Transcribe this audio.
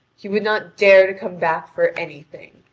he would not dare to come back for anything.